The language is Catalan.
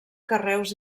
carreus